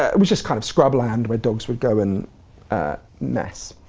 and which is kind of scrub land where dogs would go and mess.